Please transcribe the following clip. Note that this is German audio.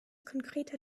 konkreter